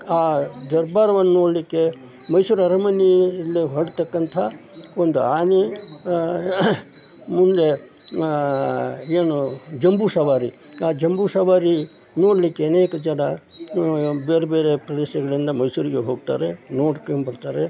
ಆ ದರ್ಬಾರವನ್ನು ನೋಡಲಿಕ್ಕೆ ಮೈಸೂರು ಅರಮನೆಯಲ್ಲಿ ಹೊರಡ್ತಕ್ಕಂಥ ಒಂದು ಆನೆ ಮುಂದೆ ಏನು ಜಂಬೂ ಸವಾರಿ ಆ ಜಂಬೂ ಸವಾರಿ ನೋಡಲಿಕ್ಕೆ ಅನೇಕ ಜನ ಬೇರೆ ಬೇರೆ ಪ್ರದೇಶಗಳಿಂದ ಮೈಸೂರಿಗೆ ಹೋಗ್ತಾರೆ ನೋಡ್ಕೊಂಡು ಬರ್ತಾರೆ